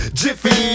jiffy